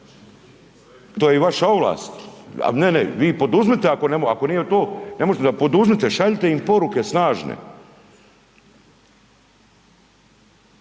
to je i vaša ovlast, a ne, ne, vi poduzmite ako ne, ako nije to, ne možete, poduzmite, šaljite im poruke snažne,